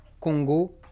Congo